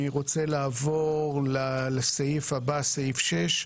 אני רוצה לעבור לסעיף הבא, סעיף 6,